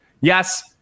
yes